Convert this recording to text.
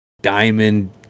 diamond